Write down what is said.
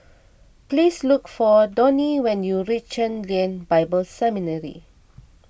please look for Donnie when you reach Chen Lien Bible Seminary